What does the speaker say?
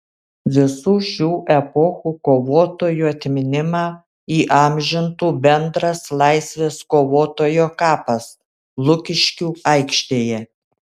visų šių epochų kovotojų atminimą įamžintų bendras laisvės kovotojo kapas lukiškių aikštėje